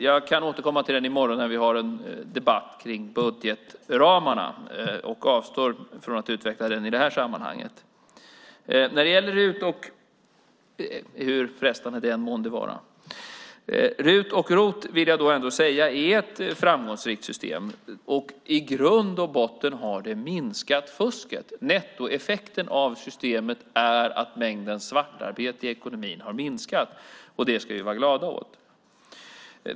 Jag kan återkomma till det i morgon när vi har debatt kring budgetramarna och avstår från att utveckla det i det här sammanhanget, hur frestande det än månde vara. RUT och ROT vill jag ändå säga är ett framgångsrikt system. I grund och botten har det minskat fusket. Nettoeffekten av systemet är att mängden svartarbete i ekonomin har minskat. Det ska vi vara glada åt.